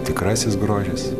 tikrasis grožis